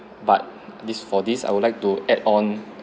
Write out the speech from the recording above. but this for this I would like to add on